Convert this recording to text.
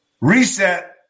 reset